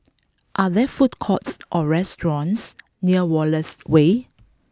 are there food courts or restaurants near Wallace Way